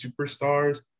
superstars